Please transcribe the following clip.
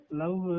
love